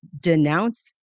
denounce